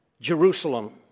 Jerusalem